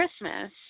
Christmas